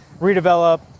redevelop